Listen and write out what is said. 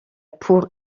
pour